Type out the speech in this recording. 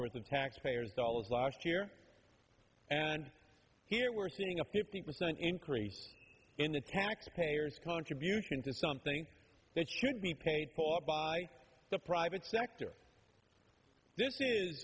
worth of taxpayers dollars last year and here we're seeing a fifty percent increase in the taxpayer's contribution to something that should be paid for by the private sector this is